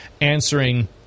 answering